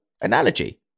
analogy